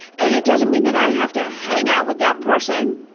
and it doesn't mean that i have to hang out with that person.